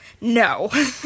no